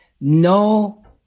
no